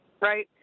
right